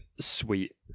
sweet